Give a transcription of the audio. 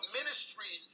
ministry